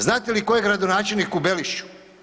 Znate li tko je gradonačelnik u Belišću?